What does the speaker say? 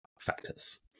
factors